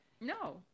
no